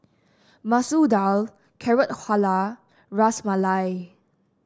Masoor Dal Carrot Halwa Ras Malai